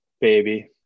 baby